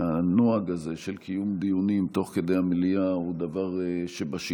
שהנוהג הזה של קיום דיונים תוך כדי המליאה הוא דבר שבשגרה,